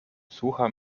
słucha